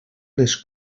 les